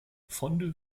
funde